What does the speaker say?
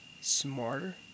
smarter